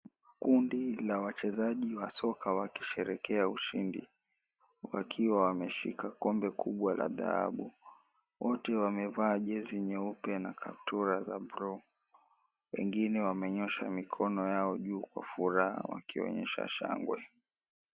Kundi la wachezaji wa soka wakisherehekea ushindi wakiwa wameshika kombe kubwa la dhahabu. Wote wamevaa jezi nyeupe na katura za bluu. Wengine wamenyosha mikono yao juu kwa furaha wakionyesha shangwe.